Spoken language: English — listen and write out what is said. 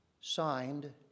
Signed